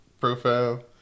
profile